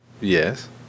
Yes